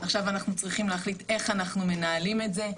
עכשיו אנחנו צריכים להחליט איך אנחנו מנהלים את זה.